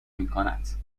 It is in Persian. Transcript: میکنند